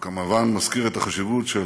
הוא כמובן מזכיר את החשיבות של